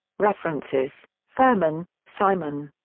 references furman, simon.